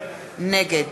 נגד